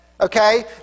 Okay